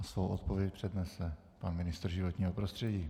A svou odpověď přednese pan ministr životního prostředí.